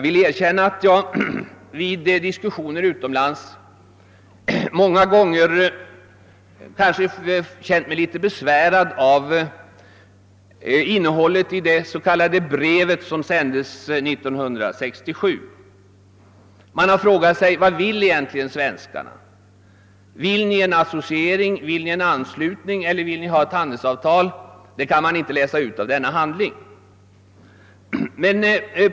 Vid diskussioner utomlands har jag ofta känt mig litet besvärad av innehållet i det s.k. brev som avsändes 1967. Det skall jag gärna erkänna. Man har frågat mig: Vad vill egentligen svenskarna, vill ni ha associering, anslutning eller handelsavtal? Det kan man inte utläsa ur denna handling.